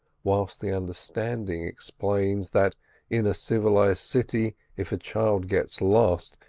whilst the understanding explains that in a civilised city, if a child gets lost,